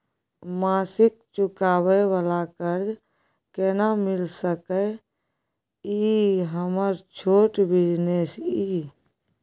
मासिक चुकाबै वाला कर्ज केना मिल सकै इ हमर छोट बिजनेस इ?